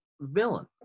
villain